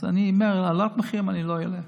אז אני אומר שהעלאת מחירים אני לא אעלה,